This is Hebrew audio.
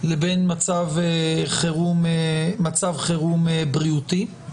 לבין מצב חירום בריאותי,